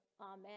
amen